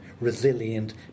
resilient